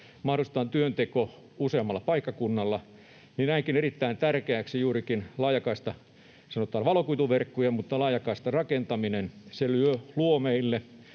mahdollistetaan työnteko useammalla paikkakunnalla, ja näenkin erittäin tärkeäksi juurikin — sanotaan, valokuituverkkojen — laajakaistan rakentamisen. Se luo